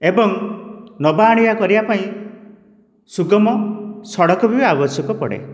ଏବଂ ନେବା ଆଣିବା କରିବାପାଇଁ ସୁଗମ ସଡ଼କ ବି ଆବଶ୍ୟକ ପଡ଼େ